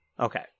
Okay